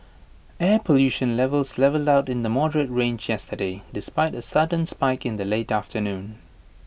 air pollution levels levelled out in the moderate range yesterday despite A sudden spike in the late afternoon